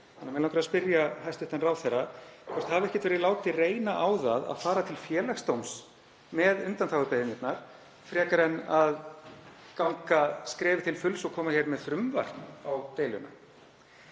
þannig að mig langar að spyrja hæstv. ráðherra hvort ekki hafi verið látið reyna á það að fara til Félagsdóms með undanþágubeiðnirnar frekar en að ganga skrefið til fulls og koma með frumvarp á deiluna.